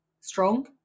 strong